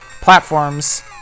platforms